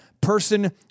person